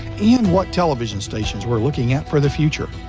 and what television stations we're looking at for the future.